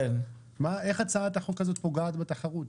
איך הצעת החוק הזאת פוגעת בממשלה?